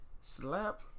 slap